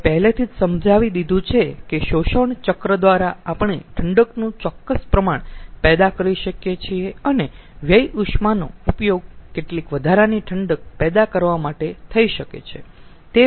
હવે મેં પહેલેથી જ સમજાવી દીધું છે કે શોષણ ચક્ર દ્વારા આપણે ઠંડકનું ચોક્કસ પ્રમાણ પેદા કરી શકીયે છીએ અને વ્યય ઉષ્માનો ઉપયોગ કેટલીક વધારાની ઠંડક પેદા કરવા માટે થઈ શકે છે